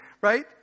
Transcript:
right